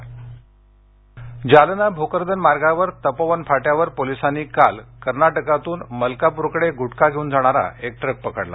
जालना जालना भोकरदन मार्गावर तपोवन फाट्यावर पोलिसांनी काल कर्नाटकातून मलकाप्रकडे गुटखा घेऊन जाणारा एक ट्रक पकडला